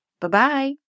Bye-bye